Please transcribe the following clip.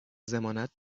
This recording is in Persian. ضمانت